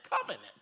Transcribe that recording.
covenant